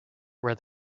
where